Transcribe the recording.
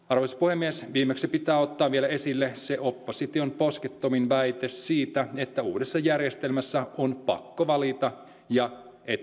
arvoisa puhemies viimeksi pitää ottaa esille vielä se opposition poskettomin väite että uudessa järjestelmässä on pakko valita ja että